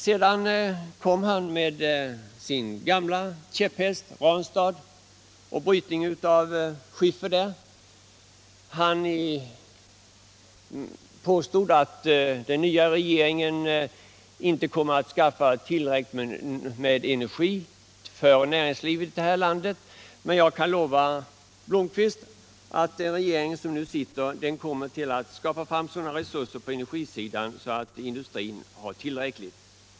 Sedan kom herr Blomkvist med sin gamla käpphäst — Ranstad och brytningen av skiffer där. Han påstod att den nya regeringen inte kan få fram tillräckligt med energi för näringslivet i det här landet, men jag kan lova herr Blomkvist att den nuvarande regeringen kommer att skapa sådana resurser på energisidan att industrin får tillräckligt med energi.